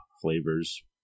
flavors